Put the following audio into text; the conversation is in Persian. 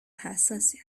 حساسی